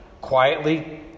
quietly